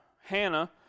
Hannah